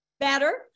better